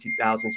2000s